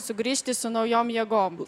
sugrįžti su naujom jėgom